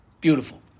Beautiful